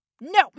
No